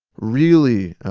really,